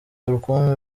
rukumbi